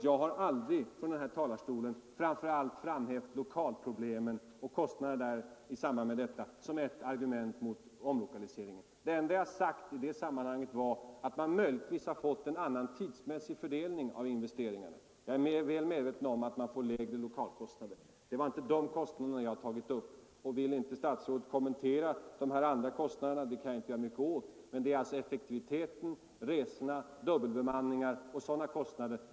Jag har aldrig från denna talarstol framhävt framför allt lokalkostnaderna som argument mot omlokaliseringen. Det enda jag har sagt i det sammanhanget är att man möjligtvis kunde ha fått en annan tidsmässig fördelning av investeringarna. Jag är fullt medveten om att lokalkostnaderna blir lägre, och jag har inte tagit upp den frågan. Vill inte statsrådet kommentera de andra kostnaderna, kan jag inte göra myck Nr 113 et åt det, men det är alltså effektiviteten, resorna, dubbelbemanningarna Tisdagen den etc.